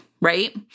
right